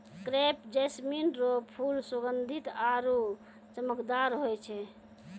crepe jasmine रो फूल सुगंधीत आरु चमकदार होय छै